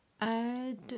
add